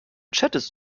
chattest